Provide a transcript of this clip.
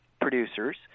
producers